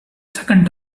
second